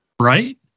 Right